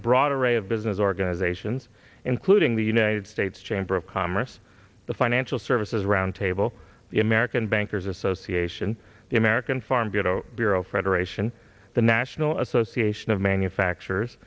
a broad array of business organizations including the united states chamber of commerce the financial services roundtable the american bankers association the american farm bureau bureau federation the national association of manufacture